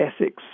ethics